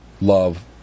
love